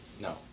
No